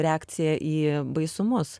reakcija į baisumus